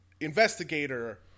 investigator